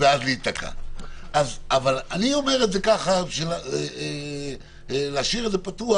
אני אומר את זה ככה להשאיר את זה פתוח,